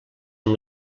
amb